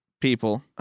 people